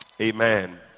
Amen